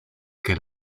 que